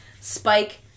Spike